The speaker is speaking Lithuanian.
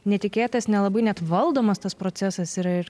netikėtas nelabai net valdomas tas procesas yra ir